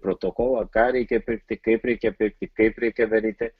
protokolą ką reikia pirkti kaip reikia pirkti kaip reikia daryti